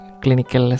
clinical